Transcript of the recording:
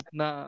na